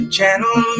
Channel